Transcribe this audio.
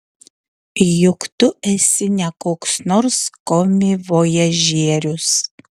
juk tu esi ne koks nors komivojažierius